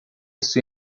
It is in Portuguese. sua